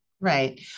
Right